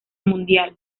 mundial